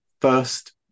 First